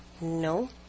no